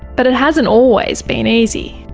but it hasn't always been easy.